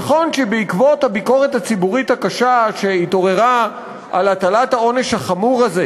נכון שבעקבות הביקורת הציבורית הקשה שהתעוררה על הטלת העונש החמור הזה,